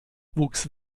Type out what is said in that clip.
wuchs